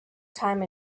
time